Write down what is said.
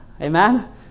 Amen